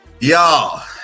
Y'all